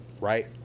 right